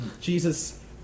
Jesus